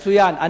מצוין.